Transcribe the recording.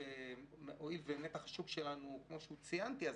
והואיל ונתח השוק שלנו הוא כמו שציינתי,